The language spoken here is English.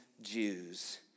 Jews